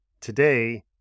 today